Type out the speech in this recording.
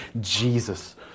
Jesus